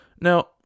now